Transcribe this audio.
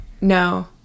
no